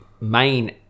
main